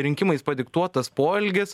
rinkimais padiktuotas poelgis